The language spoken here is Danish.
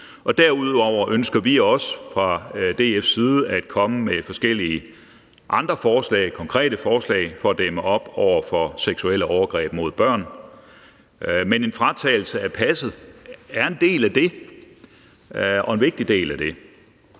derudover ønsker vi også fra DF's side at komme med forskellige andre konkrete forslag for at dæmme op for seksuelle overgreb mod børn. Men en fratagelse af passet er en del af det og en vigtig del af det.